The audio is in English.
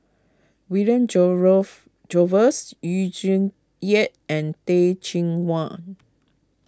William Jervois Yu Zhuye and Teh Cheang Wan